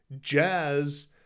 jazz